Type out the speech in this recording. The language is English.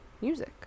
music